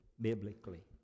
biblically